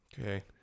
Okay